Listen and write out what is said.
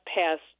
passed